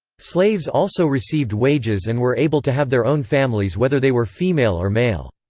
slaves also received wages and were able to have their own families whether they were female or male.